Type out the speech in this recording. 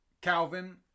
Calvin